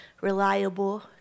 reliable